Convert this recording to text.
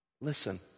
Listen